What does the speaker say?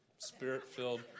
spirit-filled